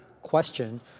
question